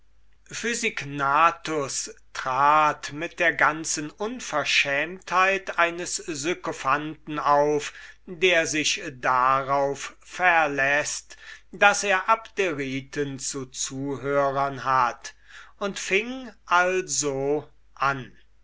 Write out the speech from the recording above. physignathus trat mit der ganzen unverschämtheit eines sykophanten auf der sich darauf verläßt daß er abderiten zu zuhörern hat und fing also an